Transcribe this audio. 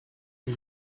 and